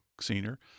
senior